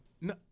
No